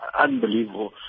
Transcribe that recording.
unbelievable